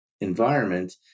environment